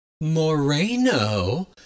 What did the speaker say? Moreno